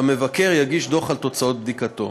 והמבקר יגיש דוח על תוצאות בדיקתו.